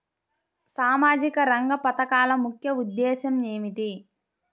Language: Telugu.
సామాజిక రంగ పథకాల ముఖ్య ఉద్దేశం ఏమిటీ?